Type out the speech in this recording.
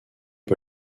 pas